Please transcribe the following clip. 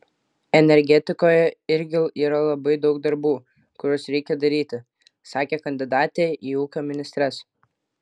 energetikoje irgi yra labai daug darbų kuriuos reikia daryti sakė kandidatė į ūkio ministres